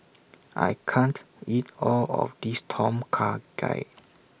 I can't eat All of This Tom Kha Gai